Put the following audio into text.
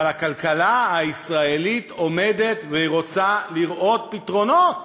אבל הכלכלה הישראלית עומדת ורוצה לראות פתרונות.